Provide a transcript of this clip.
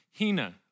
hina